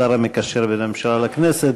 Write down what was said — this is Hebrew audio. השר המקשר בין הממשלה לכנסת,